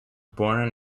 born